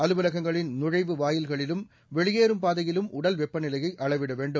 அலுவலகங்களின் நுழைவு வாயில்களிலும் வெளியேறும் பாதையிலும் உடல் வெப்பநிலையை அளவிட வேண்டும்